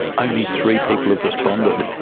only three people have responded.